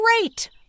Great